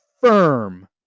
firm